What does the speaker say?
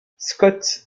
scott